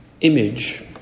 image